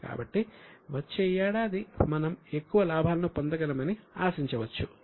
కాబట్టి వచ్చే ఏడాది మనం ఎక్కువ లాభాలను పొందగలమని ఆశించవచ్చు